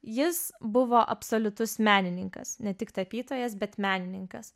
jis buvo absoliutus menininkas ne tik tapytojas bet menininkas